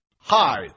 Hi